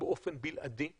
באופן בלעדי.